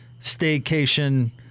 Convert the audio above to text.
staycation